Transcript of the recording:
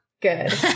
Good